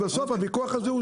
מה הבעיה?